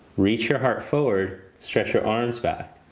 reach your heart forward, stretch your arms back.